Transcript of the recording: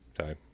Sorry